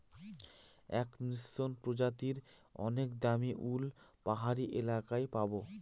এক মসৃন প্রজাতির অনেক দামী উল পাহাড়ি এলাকায় পাবো